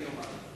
אומר את זה.